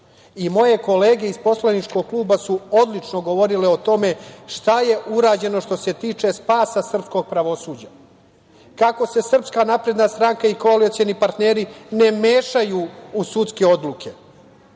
i moje kolege iz poslaničkog kluba su odlično govorile o tome šta je urađeno što se tiče spasa srpskog pravosuđa, kako se SNS i koalicioni partneri ne mešaju u sudske odluke. Samo